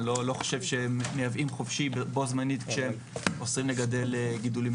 אני לא חושב שהם מייבאים חופשי בו זמנית כשהם אוסרים לגדל גידולים.